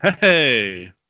Hey